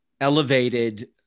elevated